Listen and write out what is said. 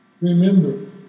remember